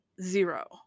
zero